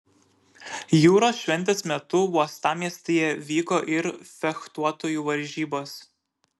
jūros šventės metu uostamiestyje vyko ir fechtuotojų varžybos